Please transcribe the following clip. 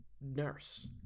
nurse